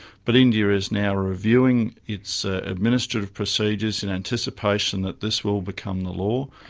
but india is now reviewing its ah administrative procedures in anticipation that this will become the law,